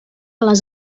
les